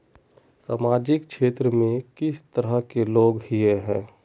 सामाजिक क्षेत्र में किस तरह के लोग हिये है?